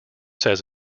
says